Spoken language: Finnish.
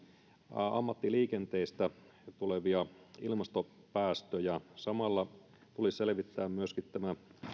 ammattiliikenteestä tulevia ilmastopäästöjä samalla tulisi selvittää myöskin voitaisiinko tämä